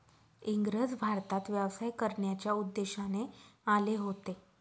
इंग्रज भारतात व्यवसाय करण्याच्या उद्देशाने आले होते